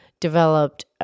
developed